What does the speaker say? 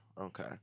Okay